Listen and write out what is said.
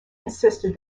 insisted